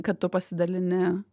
kad tu pasidalini